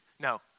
No